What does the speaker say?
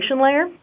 layer